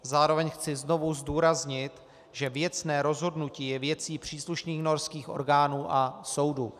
Zároveň chci znovu zdůraznit, že věcné rozhodnutí je věcí příslušných norských orgánů a soudu.